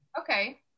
Okay